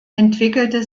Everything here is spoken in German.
entwickelte